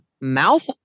mouth